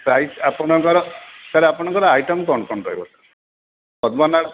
price ଆପଣଙ୍କର sir ଆପଣଙ୍କର item କ'ଣ କ'ଣ ରହିବ ପଦ୍ମ ନାଡ଼